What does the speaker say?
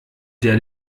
der